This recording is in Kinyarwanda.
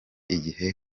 igihe